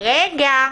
רגע.